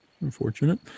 unfortunate